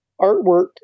artwork